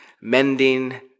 mending